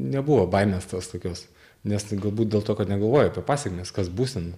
nebuvo baimės tos tokios nes tai galbūt dėl to kad negalvoji apie pasekmes kas bus ten